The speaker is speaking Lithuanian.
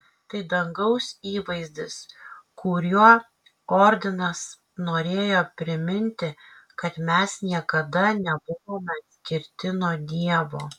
tai dangaus įvaizdis kuriuo ordinas norėjo priminti kad mes niekada nebuvome atskirti nuo dievo